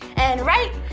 and right,